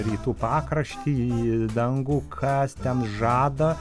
rytų pakraštį į dangų kas ten žada